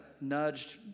nudged